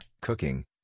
cooking